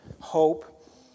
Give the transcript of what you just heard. hope